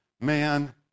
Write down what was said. man